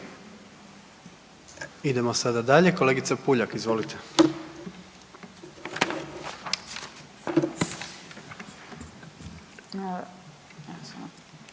Idemo sada dalje, kolegica Puljak, izvolite.